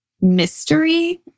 mystery